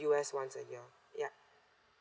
U_S once a year yeah